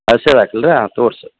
ಹಸಿದು ಹಾಕಿಲ್ರ ಹಾಂ ತೋರಿ ಸರ್